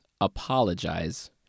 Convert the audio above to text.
apologize